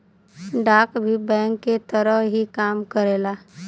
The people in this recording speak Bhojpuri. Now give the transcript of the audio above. डाक भी बैंक के तरह ही काम करेला